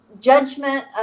judgment